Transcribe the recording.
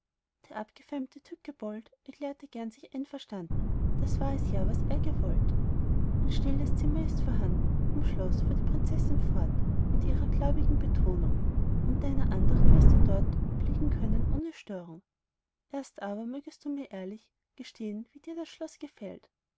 der abgefeimte tückebold erklärte gern sich einverstanden das war es ja was er gewollt ein stilles zimmer ist vorhanden im schloß fuhr die prinzessin fort in ihrer gläubigen betonung und deiner andacht wirst du dort obliegen können ohne störung erst aber mögest du mir ehrlich gestehn wie dir das schloß gefällt